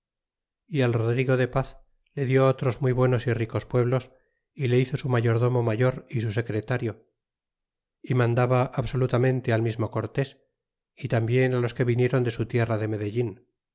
y al rodrigo de paz le dió otros muy buenos y ricos pueblos y le hizo su mayordomo mayor y su secretario y mandaba absolutamente al mismo cortés y tambien los que vinieron de su tierra de medellin